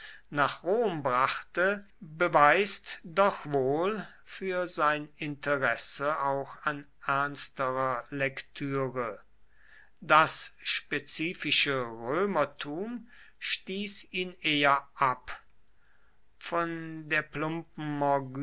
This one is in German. nach rom brachte beweist doch wohl für sein interesse auch an ernsterer lektüre das spezifische römertum stieß ihn eher ab von der plumpen